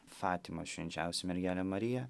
fatimos švenčiausią mergelę mariją